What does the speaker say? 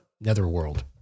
netherworld